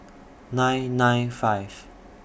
nine nine five